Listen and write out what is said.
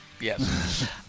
Yes